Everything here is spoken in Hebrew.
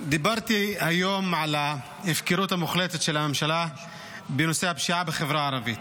דיברתי היום על ההפקרות המוחלטת של הממשלה בנושא הפשיעה בחברה הערבית,